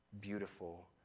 beautiful